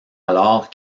alors